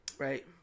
Right